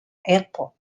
airport